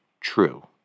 true